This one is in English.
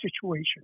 situation